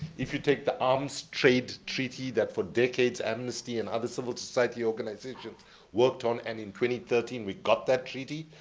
if you take the arms trade treaty that for decades amnesty and other civil society organizations worked on, and in two thirteen we got that treaty.